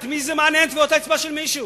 את מי מעניינות טביעות האצבע של מישהו?